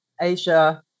Asia